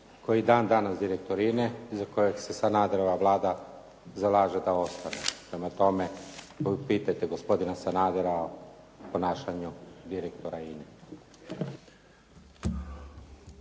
koji je dan danas direktor INA-e za kojeg se Sanaderova Vlada zalaže da ostane. Prema tome, pitajte gospodina Sanadera o ponašanju direktora INA-e.